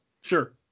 Sure